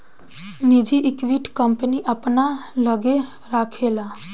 निजी equity, company अपना लग्गे राखेला